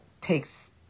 takes